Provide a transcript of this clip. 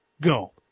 Go